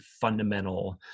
fundamental